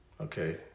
Okay